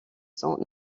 son